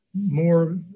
More